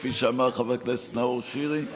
כפי שאמר חבר הכנסת נאור שירי,